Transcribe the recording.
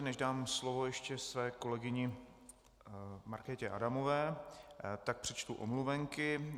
Než dám slovo ještě své kolegyni Markétě Adamové, tak přečtu omluveny.